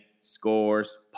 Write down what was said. scores